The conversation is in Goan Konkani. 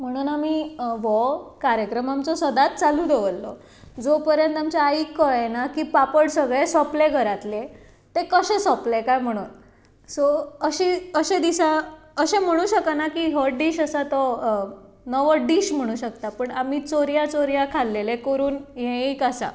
म्हणून आमी आमचो हो कार्यक्रम आमी सदांच चालू दवरलो जो पर्यांत आमच्या आईक कळ्ळें ना की पापड सगळे सोंपले घरांतले ते कशे सोंपले कांय म्हणून सो अशे म्हणूंक शकना की हो डीश आसा तो नवो डीश म्हणूंक शकता पूण आमी चोऱ्यां चोऱ्यां खाल्लेलें करून हें एक आसा